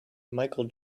michael